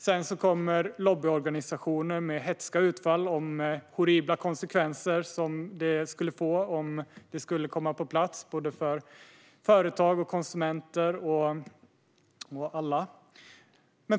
Sedan kommer lobbyorganisationer med hätska utfall om horribla konsekvenser, för både företag och konsumenter, om det skulle komma på plats.